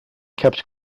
kept